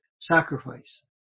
sacrifice